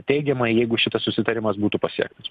teigiamai jeigu šitas susitarimas būtų pasiektas